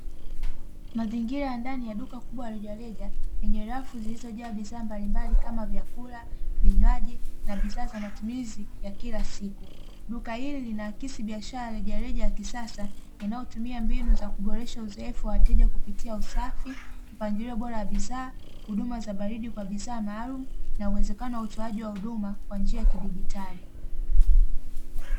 Mazingira ya ndani ya duka kubwa rejareja lenye rafu zilizojaa bidhaa mbalimbali kama vyakula, vinywaji na bidhaa za matumizi ya kila siku duka hili linaakisi biashara rejareja ya kisasa inayotumia mbinu za kuboresha uzoefu wa wateja kupitia usafi mpangilio bora wa bidhaa huduma za baridi kwa bidhaa maalumu na uwezekano wa utoaji wa huduma kwa njia ya kidijitali.